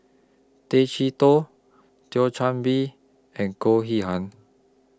Tay Chee Toh Thio Chan Bee and Goh Yihan